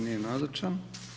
Nije nazočan.